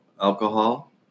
alcohol